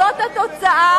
זאת התוצאה,